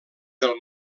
del